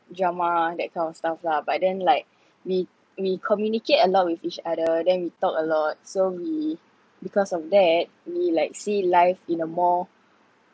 drama that kind of stuff lah but then like we we communicate along with each other then we talk a lot so we because of that we like see life in a more